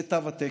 זה תו התקן.